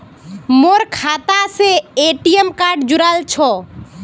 मोर खातार साथे ए.टी.एम कार्ड जुड़ाल छह